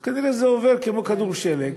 אז כנראה זה עובר כמו כדור שלג.